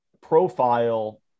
profile